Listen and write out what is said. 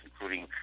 including